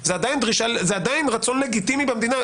זה עדיין רצון לגיטימי במדינה,